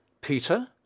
peter